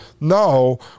no